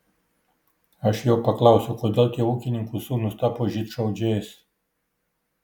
aš jo paklausiau kodėl tie ūkininkų sūnūs tapo žydšaudžiais